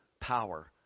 power